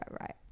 right